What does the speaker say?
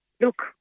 look